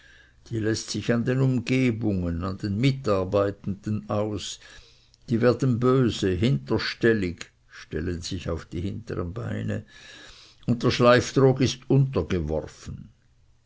die läßt sich an den umgebungen an den mitarbeitenden aus die werden böse hinterstellig und der schleiftrog ist